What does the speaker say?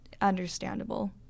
understandable